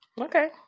Okay